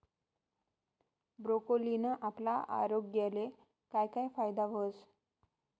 ब्रोकोलीना आपला आरोग्यले काय काय फायदा व्हस